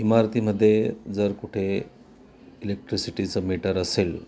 इमारतीमध्ये जर कुठे इलेक्ट्रिसिटीचं मीटर असेल